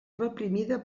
reprimida